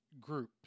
group